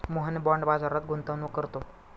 Mohan bond बाजारात गुंतवणूक करतो